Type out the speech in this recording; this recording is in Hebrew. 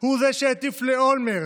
הוא זה שהטיף לאולמרט